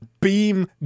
beam